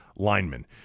linemen